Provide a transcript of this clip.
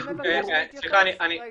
--- אני